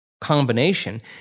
combination